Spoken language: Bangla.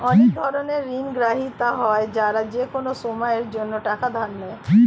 অনেক ধরনের ঋণগ্রহীতা হয় যারা যেকোনো সময়ের জন্যে টাকা ধার নেয়